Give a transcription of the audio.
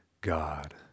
God